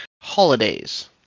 holidays